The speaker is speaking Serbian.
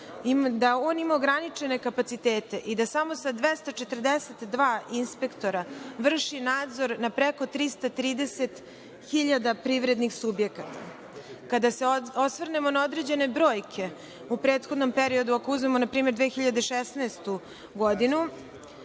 da on ima ograničene kapacitete i da samo sa 242 inspektora vrši nadzor na preko 330.000 privrednih subjekata. Kada se osvrnemo na određene brojke u prethodnom periodu, ako uzmemo npr. 2016. godinu,